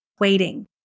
waiting